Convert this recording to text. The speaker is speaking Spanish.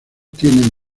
tienen